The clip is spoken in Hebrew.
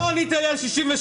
בסוף לא ענית לי על 67 פלוס,